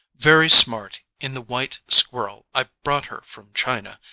very smart in the white squirrel i brought her from china,